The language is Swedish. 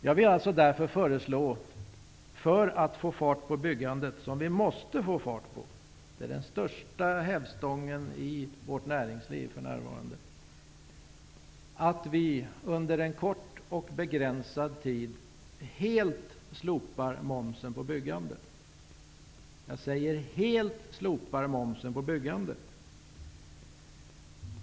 Jag föreslår därför att vi för att få fart på byggandet, som för närvarande är den största hävstången i svenskt näringsliv, under en kort och begränsad tid helt slopar momsen på byggandet.